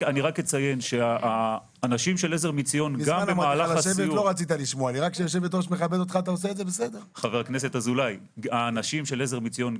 אציין שגם במהלך הפעילות הברוכה הנוספת של האנשים מעזר מציון,